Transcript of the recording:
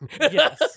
Yes